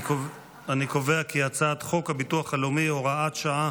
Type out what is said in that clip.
אני קובע כי הצעת חוק הביטוח הלאומי (הוראת שעה,